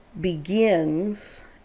begins